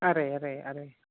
अरे अरे अरे